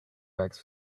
begs